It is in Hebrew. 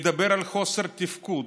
מדבר על חוסר תפקוד,